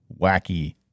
wacky